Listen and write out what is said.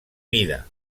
mida